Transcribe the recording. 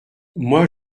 moi